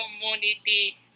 community